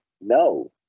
no